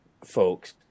folks